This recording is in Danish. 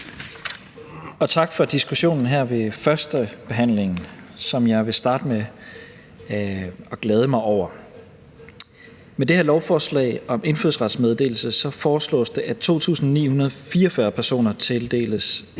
Og tak for diskussionen her ved førstebehandlingen, som jeg vil starte med at glæde mig over. Med det her lovforslag om indfødsrets meddelelse foreslås det, at 2.944 personer plus